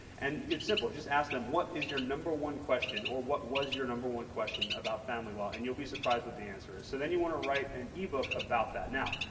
and it's simple, just ask them what is your number one question or what was your number one question about family law. and you'll be surprised what the answer is. so then you want to write an ebook about that. now,